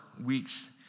weeks